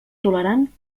tolerant